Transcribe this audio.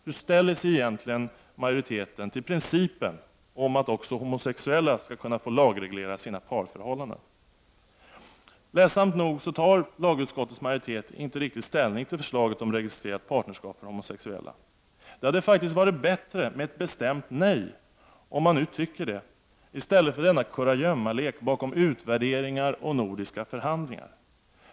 Hur ställer sig egentligen majoriteten till principen om att också homosexuella skall kunna få lagreglera sina parförhållanden? Ledsamt nog tar lagutskottets majoritet inte riktigt ställning till förslaget om registrerat partnerskap för homosexuella. Det hade faktiskt varit bättre med ett bestämt nej, om man nu tycker det, i stället för denna kurragömmalek bakom utvärderingar och nordiska förhandlingar.